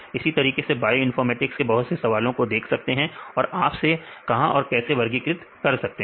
इसी तरीके से बायोइनफॉर्मेटिक्स के बहुत से सवालों को देख सकते हैं कि आप से कहां और कैसे वर्गीकृत कर सकते हैं